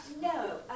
no